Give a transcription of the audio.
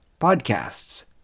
podcasts